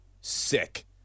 sick